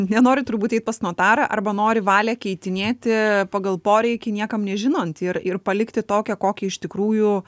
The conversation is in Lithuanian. nenori turbūt eit pas notarą arba nori valią keitinėti pagal poreikį niekam nežinant ir ir palikti tokią kokią iš tikrųjų